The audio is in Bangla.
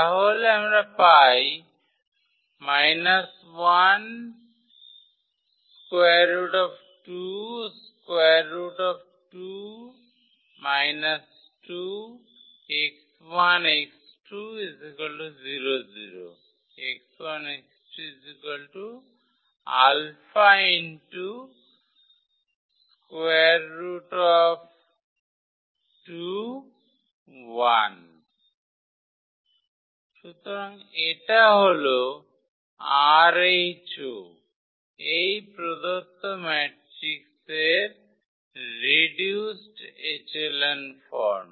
তাহলে আমরা পাই সুতরাং এটা হল rho এই প্রদত্ত ম্যাট্রিক্সের রিডিউসড এচেলন ফর্ম